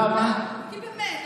באמת.